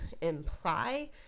imply